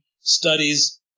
studies